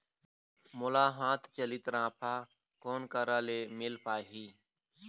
मोला हाथ चलित राफा कोन करा ले मिल पाही?